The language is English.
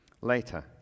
Later